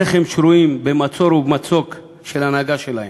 איך הם שרויים במצור ובמצוק של ההנהגה שלהם.